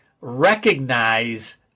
recognize